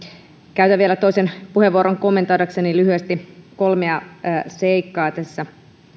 käytän vielä toisen puheenvuoron kommentoidakseni lyhyesti kolmea seikkaa tässä